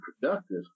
productive